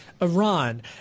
Iran